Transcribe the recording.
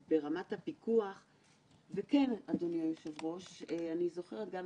אגיד לך, אדוני המנכ"ל, לפעמים זה מקשה עלינו,